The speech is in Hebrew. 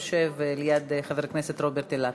יושב ליד חבר הכנסת רוברט אילטוב.